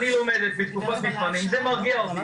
היא לומדת והיא בתקופת מבחנים אז זה מרגיע אותה.